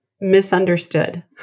misunderstood